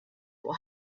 will